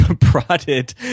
prodded